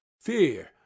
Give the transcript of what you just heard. fear